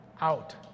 out